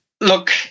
look